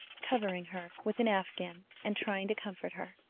covering her with an afghan and trying to comfort her.